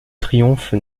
triomphe